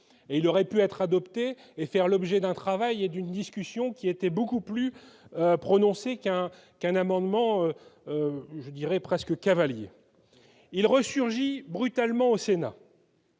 il aurait pu être adopté et faire l'objet d'un travail et d'une discussion qui était beaucoup plus prononcé qu'un qu'un amendement, je dirais presque cavalier il resurgit brutalement au Sénat.